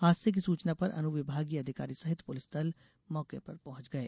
हादसे की सूचना पर अनुविभागीय अधिकारी सहित पुलिस दल मौके पर पहुंच गये